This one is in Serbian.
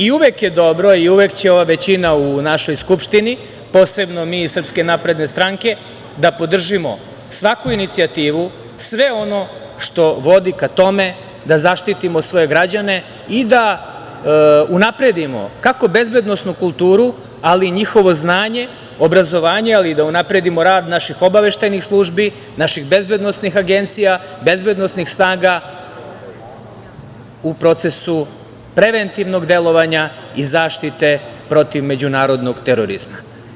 Uvek je dobro i uvek će ova većina u našoj Skupštini, posebno mi iz SNS, da podrži svaku inicijativu, sve ono što vodi ka tome da zaštitimo svoje građane i da unapredimo kako bezbednosnu kulturu, ali i njihovo znanje, obrazovanje, ali da unapredimo i rad naših obaveštajnih službi, naših bezbednosnih agencija, bezbednosnih snaga u procesu preventivnog delovanja i zaštite protiv međunarodnog terorizma.